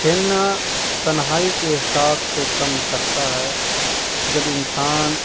کھیلنا تنہائی کے احساس کو کم کرتا ہے جب انسان